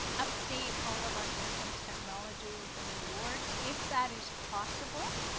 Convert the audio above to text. update all of our system technology with the new wards if that is possible,